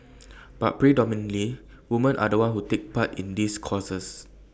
but predominantly woman are the ones who take part in these courses